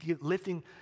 lifting